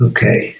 Okay